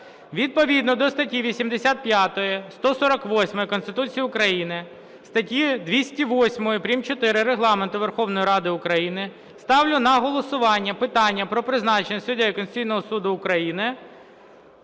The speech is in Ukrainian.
Відповідно до статті 85, 148 Конституції України, статті 208 прим.4 Регламенту Верховної Ради України ставлю на голосування питання про призначення суддею Конституційного Суду України